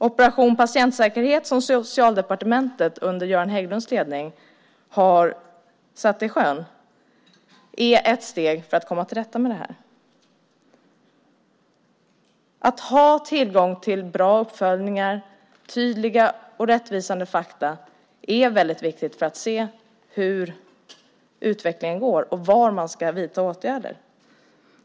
Operation patientsäkerhet, som Socialdepartementet under Göran Hägglunds ledning har satt i sjön, är ett steg för att komma till rätta med detta. Att ha tillgång till bra uppföljningar och tydliga och rättvisande fakta är väldigt viktigt för att se hur utvecklingen går och var man ska vidta åtgärder.